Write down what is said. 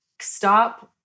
stop